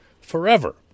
forever